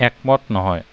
একমত নহয়